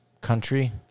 country